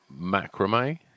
macrame